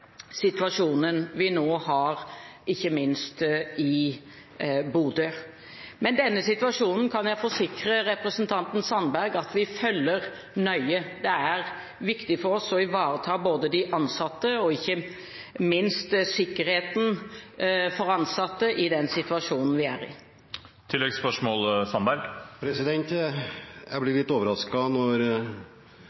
Bodø. Jeg kan forsikre representanten Sandberg om at vi følger denne situasjonen nøye. Det er viktig for oss å ivareta de ansatte, ikke minst sikkerheten for de ansatte, i den situasjonen vi er i.